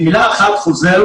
אני במילה אחת חוזר